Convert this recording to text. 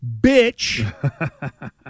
bitch